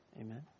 Amen